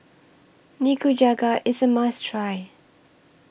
Nikujaga IS A must Try